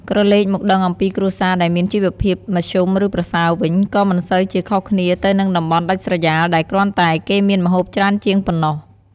ក្រឡែកមកដឹងអំពីគ្រួសារដែលមានជីវភាពមធ្យមឬប្រសើរវិញ ក៏មិនសូវជាខុសគ្នាទៅនឹងតំបន់ដាច់ស្រយាលដែរគ្រាន់តែគេមានម្ហូបច្រើនជាងប៉ុណ្ណោះ។